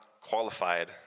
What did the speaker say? qualified